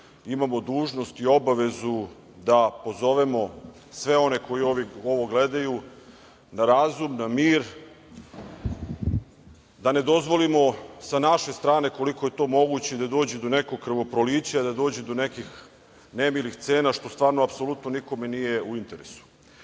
imamo dužnost i obavezu da pozovemo sve one koji ovo gledaju na razum, na mir, da ne dozvolimo sa naše strane koliko je to moguće, da dođe do nekog krvoprolića, da dođe do nekih nemilih scena što stvarno nikome nije u interesu. Ono